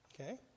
Okay